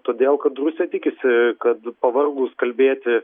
todėl kad rusija tikisi kad pavargus kalbėti